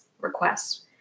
requests